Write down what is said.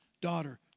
daughter